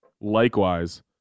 likewise